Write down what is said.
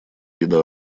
вида